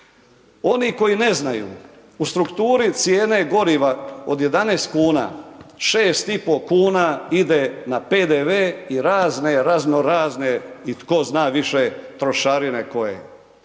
Oni koji ne znaju u strukturi cijene goriva od 11 kuna, 6,5 kuna ide na PDV i razne raznorazne i tko zna više trošarine koje.